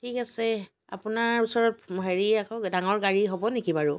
ঠিক আছে আপোনাৰ ওচৰত হেৰি আকৌ ডাঙৰ গাড়ী হ'ব নেকি বাৰু